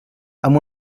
amb